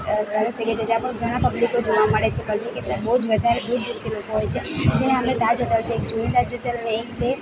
સરસ છે કે જ્યાં પણ ઘણા પબ્લીકો જોવા મળે છે પબ્લીક એટલે બહુ જ વધારે બહુ જ ગીર્દી હોય છે અને આપણે તાજ હોટલ છે એક જૂની તાજ હોટલને એક બે